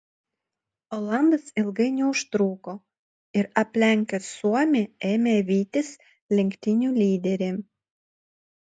olandas ilgai neužtruko ir aplenkęs suomį ėmė vytis lenktynių lyderį